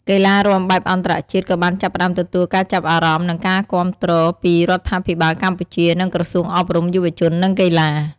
កីឡារាំបែបអន្តរជាតិក៏បានចាប់ផ្តើមទទួលការចាប់អារម្មណ៍ និងការគាំទ្រពីរដ្ឋាភិបាលកម្ពុជា និងក្រសួងអប់រំ យុវជន និងកីឡា។